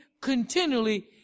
continually